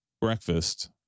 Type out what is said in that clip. breakfast